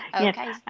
Okay